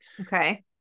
okay